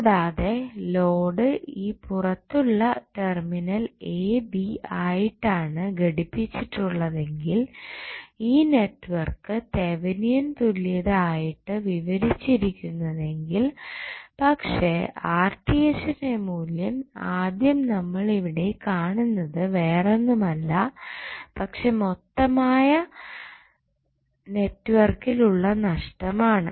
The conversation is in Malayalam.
കൂടാതെ ലോഡ് ഈ പുറത്തുള്ള ടെർമിനൽ എ ബി ആയിട്ടാണ് ഘടിപ്പിച്ചിട്ടുള്ളതെങ്കിൽ ഈ നെറ്റ്വർക്ക് തെവനിയൻ തുല്യത ആയിട്ടാണ് വിവരിച്ചു ഇരിക്കുന്നതെങ്കിൽ പക്ഷെ ന്റെ മൂല്യം ആദ്യം നമ്മൾ ഇവിടെ കാണുന്നത് വേറൊന്നുമല്ല പക്ഷേ മൊത്തമായ ആയ നെറ്റ്വർക്കിൽ ഉള്ള നഷ്ടം ആണ്